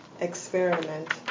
Experiment